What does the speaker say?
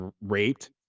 raped